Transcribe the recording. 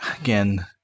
Again